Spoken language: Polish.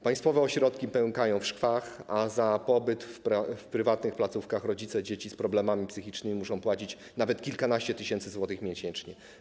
Państwowe ośrodki pękają w szwach, a za pobyt w prywatnych placówkach rodzice dzieci z problemami psychicznymi muszą płacić nawet kilkanaście tysięcy złotych miesięcznie.